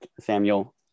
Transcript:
Samuel